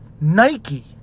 Nike